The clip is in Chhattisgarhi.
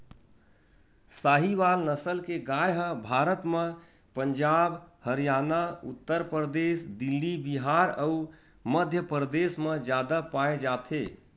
साहीवाल नसल के गाय ह भारत म पंजाब, हरयाना, उत्तर परदेस, दिल्ली, बिहार अउ मध्यपरदेस म जादा पाए जाथे